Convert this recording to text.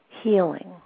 healing